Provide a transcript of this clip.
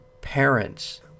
parents